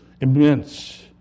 immense